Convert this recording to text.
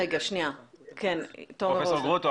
פרופסור גרוטו,